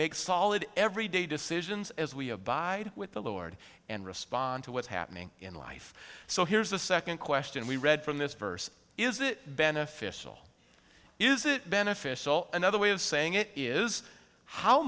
make solid every day decisions as we abide with the lord and respond to what's happening in life so here's the second question we read from this verse is it beneficial is it beneficial another way of saying it is how